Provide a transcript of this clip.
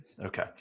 Okay